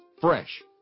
Fresh